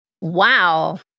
Wow